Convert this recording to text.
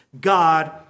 God